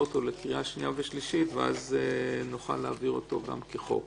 אותו לקריאה שנייה ושלישית ואז להעביר גם כחוק.